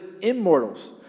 immortals